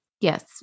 yes